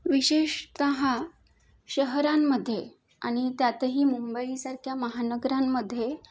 विशेषतः शहरांमधे आणि त्यातही मुंबईसारख्या महानगरांमधे